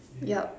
yup